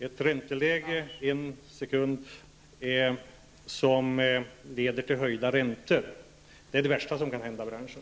Ett ränteläge som leder till höjda räntor är det värsta som kan hända branschen.